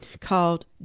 called